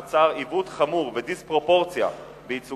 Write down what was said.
נוצרים עיוות חמור ודיספרופורציה בייצוגם